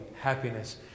happiness